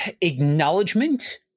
acknowledgement